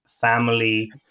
family